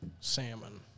salmon